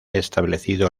establecido